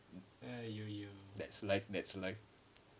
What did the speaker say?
that's life that's life